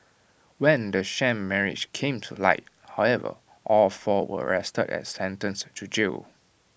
when the sham marriage came to light however all four were arrested and sentenced to jail